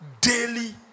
daily